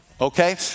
Okay